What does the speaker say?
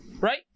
right